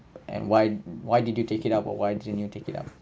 and why why did you take it up or why didn't you take it up